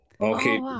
Okay